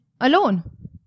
alone